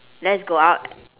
let's go out